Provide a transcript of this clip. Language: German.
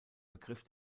begriff